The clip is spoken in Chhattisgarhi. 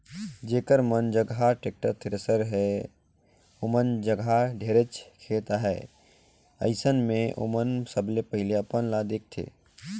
जेखर मन जघा टेक्टर, थेरेसर हे ओमन जघा ढेरेच खेत अहे, अइसन मे ओमन सबले पहिले अपन ल देखथें